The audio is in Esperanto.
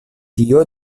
tio